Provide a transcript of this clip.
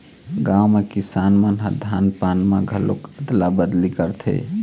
गाँव म किसान मन ह धान पान म घलोक अदला बदली करथे